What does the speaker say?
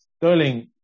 sterling